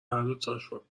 هردوتاشون